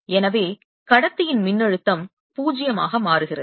எனவே கடத்தியின் மின்னழுத்தம் 0 ஆக மாறுகிறது